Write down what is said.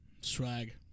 Swag